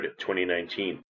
2019